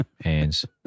hands